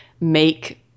make